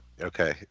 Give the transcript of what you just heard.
Okay